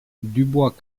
dubois